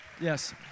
Yes